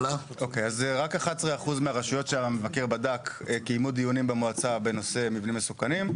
רק 11% מהרשויות שהמבקר בדק קיימו דיונים במועצה בנושא מבנים מסוכנים,